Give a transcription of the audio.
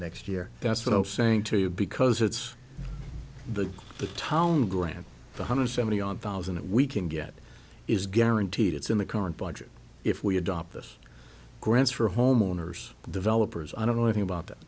next year that's what i was saying to you because it's the the town grant one hundred seventy odd thousand it we can get is guaranteed it's in the current budget if we adopt this grants for homeowners developers i don't know anything about